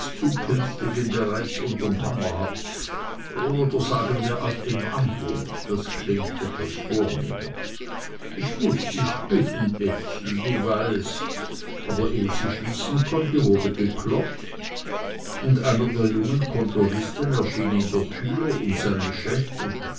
zukünftigem bereits unterm hammer hat oder sagen wir auf dem ambos es klingt etwas vornehmer ich muß dich bitten ezel du weißt aber ehe sie schließen konnte wurde geklopft und einer der jungen kontoristen erschien in der tür um seinem chef